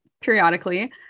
periodically